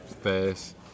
fast